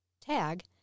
Tag